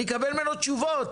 אני אקבל ממנו תשובות.